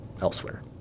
elsewhere